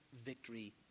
victory